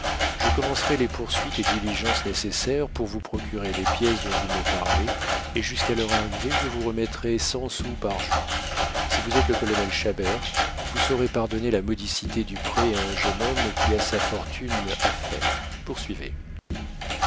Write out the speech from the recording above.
je commencerai les poursuites et diligences nécessaires pour vous procurer les pièces dont vous me parlez et jusqu'à leur arrivée je vous remettrai cent sous par jour si vous êtes le colonel chabert vous saurez pardonner la modicité du prêt à un jeune homme qui a sa fortune à faire poursuivez